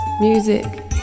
music